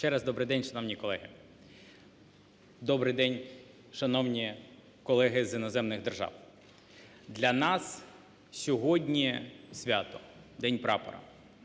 Ще раз добрий день, шановні колеги! Добрий день, шановні колеги з іноземних держав! Для нас сьогодні свято – День Прапора.